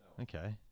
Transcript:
Okay